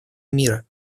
мира